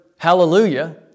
hallelujah